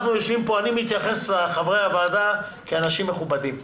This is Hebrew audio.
אני מתייחס לחברי הוועדה כאנשים מכובדים,